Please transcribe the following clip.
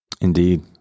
Indeed